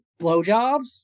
blowjobs